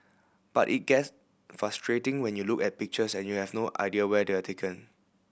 but it gets frustrating when you look at pictures and you have no idea where they are taken